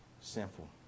Simple